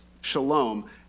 shalom